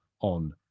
on